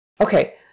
Okay